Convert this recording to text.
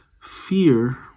fear